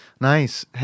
Nice